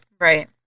right